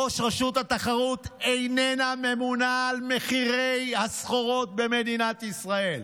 רשות התחרות איננה ממונה על מחירי הסחורות במדינת ישראל,